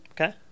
okay